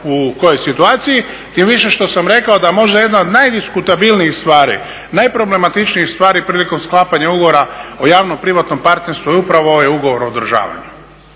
u kojoj situaciji. Tim više što sam rekao da možda jedna od najdiskutabilnijih stvari, najproblematičnijih stvari prilikom sklapanja Ugovora o javno-privatnom partnerstvu je upravo ovaj Ugovor o održavanju.